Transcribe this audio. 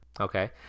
okay